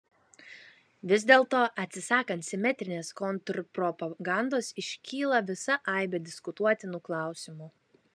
vis dėlto atsisakant simetrinės kontrpropagandos iškyla visa aibė diskutuotinų klausimų